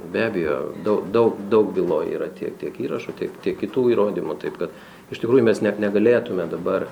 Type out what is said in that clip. be abejo daug daug daug byloje yra tiek tiek įrašų taip tiek kitų įrodymų taip kad iš tikrųjų mes net negalėtume dabar